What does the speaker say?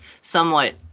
somewhat